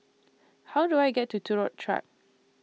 How Do I get to Turut Track